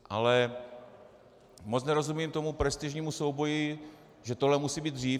Ale moc nerozumím tomu prestižnímu souboji, že tohle musí být dřív.